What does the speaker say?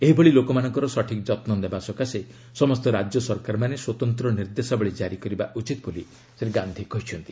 ଏହିଭଳି ଲୋକମାନଙ୍କର ସଠିକ୍ ଯତ୍ନ ନେବା ସକାଶେ ସମସ୍ତ ରାଜ୍ୟ ସରକାରମାନେ ସ୍ୱତନ୍ତ ନିର୍ଦ୍ଦେଶାବଳୀ ଜାରି କରିବା ଉଚିତ ବୋଲି ଶ୍ରୀ ଗାନ୍ଧି କହିଚ୍ଛନ୍ତି